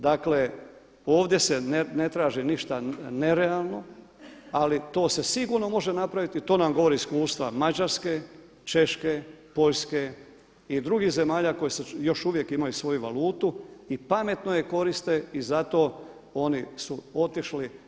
Dakle ovdje se ne traži ništa nerealno, ali to se sigurno može napraviti, to nam govori iskustva Mađarske, Češke, Poljske i drugih zemalja koje su još uvijek imaju svoju valutu i pametno je koriste i zato oni su otišli.